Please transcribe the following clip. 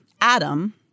Adam